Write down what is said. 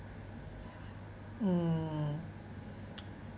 mm